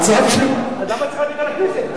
אז למה צריך להביא את זה לכנסת?